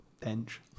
bench